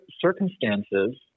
circumstances